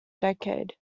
decade